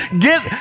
get